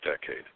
decade